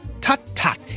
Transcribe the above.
Tut-tut